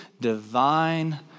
divine